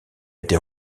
été